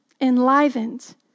enlivened